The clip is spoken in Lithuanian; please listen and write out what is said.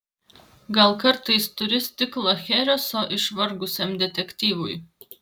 gal kartais turi stiklą chereso išvargusiam detektyvui